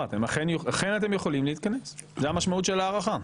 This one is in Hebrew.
אתם אכן יכולים להתכנס, זו המשמעות של הארכה.